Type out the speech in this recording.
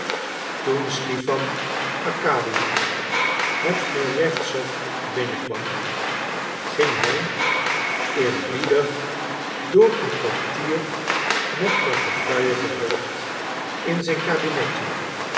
toen stipan arkadiewitsch het gerechtshof binnenkwam ging hij eerbiedig door een portier met portefeuille gevolgd in zijn kabinetje